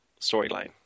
storyline